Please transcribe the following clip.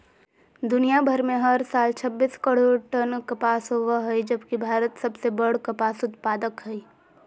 दुनियां भर में हर साल छब्बीस करोड़ टन कपास होव हई जबकि भारत सबसे बड़ कपास उत्पादक हई